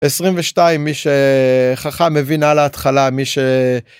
22 מי שחכם הבין על ההתחלה מי ש...